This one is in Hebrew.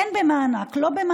כן במענק או לא במענק,